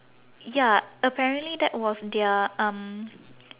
ya apparently that was their um